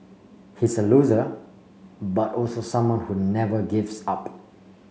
he's a loser but also someone who never gives up